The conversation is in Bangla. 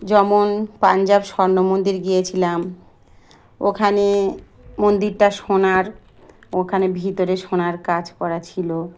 যেমন পাঞ্জাব স্বর্ণ মন্দির গিয়েছিলাম ওখানে মন্দিরটা সোনার ওখানে ভিতরে সোনার কাজ করা ছিলো